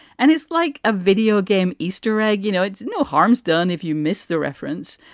and it's like a video game, easter egg. you know, it's no harm done if you miss the reference,